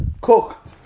cooked